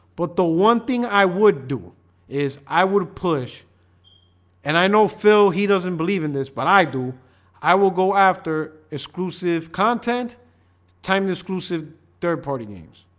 but the one thing i would do is i would push and i know phil. he doesn't believe in this but i do i will go after exclusive content time to exclusive third-party games.